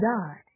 God